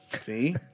See